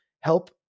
help